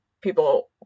people